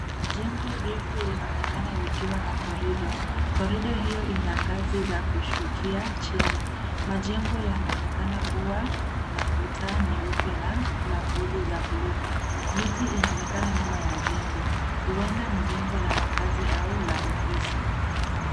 Jengo refu linaonekana likiwa na korido. Korido hiyo ina ngazi za kushukia chini. Majengo yanaonekana kuwa na kuta nyeupe na lafudhi za buluu. Miti inaonekana nyuma ya jengo. Huenda ni jengo la makazi au ofisi.